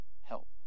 help